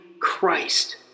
Christ